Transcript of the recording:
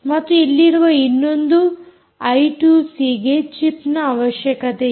ಮತ್ತು ಇಲ್ಲಿರುವ ಇನ್ನೊಂದು ಐ2ಸಿ ಗೆ ಚಿಪ್ನ ಅವಶ್ಯಕತೆಯಿದೆ